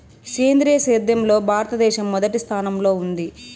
సేంద్రీయ సేద్యంలో భారతదేశం మొదటి స్థానంలో ఉంది